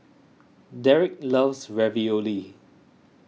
Derik loves Ravioli